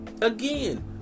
Again